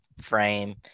frame